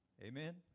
Amen